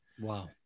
Wow